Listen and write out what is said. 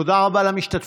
תודה רבה למשתתפים.